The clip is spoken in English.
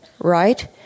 right